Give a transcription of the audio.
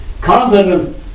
Confident